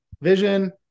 Vision